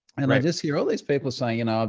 and i just hear all these people saying, you know